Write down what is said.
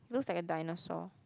looks like a dinosaur